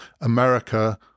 America